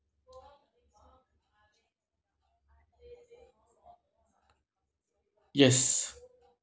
yes